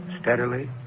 steadily